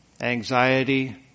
Anxiety